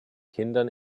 kindern